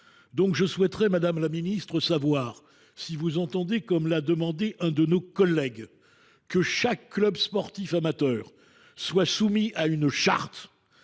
donc savoir, madame la ministre, si vous entendez, comme l’a déjà demandé un de nos collègues, que chaque club sportif amateur soit soumis à une charte,